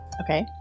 Okay